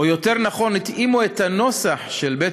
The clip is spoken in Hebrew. או יותר נכון: התאימו את הנוסח של בית